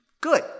Good